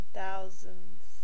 thousands